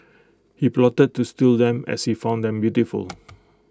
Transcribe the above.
he plotted to steal them as he found them beautiful